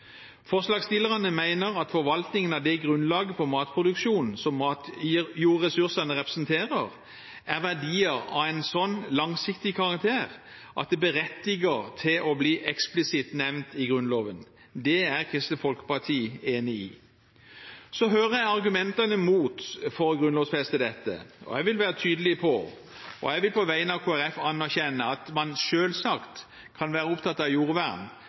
Forslagsstillerne mener at forvaltningen av det grunnlaget for matproduksjon som matjordressursene representerer, er verdier av en slik langsiktig karakter at det berettiger til å bli eksplisitt nevnt i Grunnloven. Det er Kristelig Folkeparti enig i. Så hører jeg argumentene mot å grunnlovfeste dette. Jeg vil være tydelig på og på vegne av Kristelig Folkeparti anerkjenne at man selvsagt kan være opptatt av jordvern